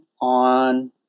on